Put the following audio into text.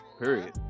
period